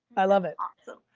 i love it. awesome.